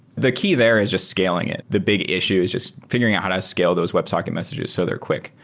the key there is just scaling it. the big issue is just fi guring out how to scale those websocket messages so they're quick.